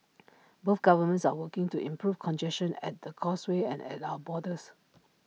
both governments are working to improve congestion at the causeway and at our borders